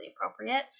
appropriate